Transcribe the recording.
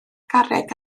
garreg